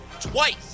twice